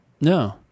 No